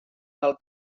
del